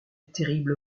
terrible